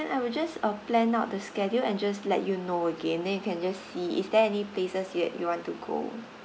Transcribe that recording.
I will just uh plan out the schedule and just let you know again then you can just see is there any places that you want to go